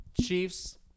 Chiefs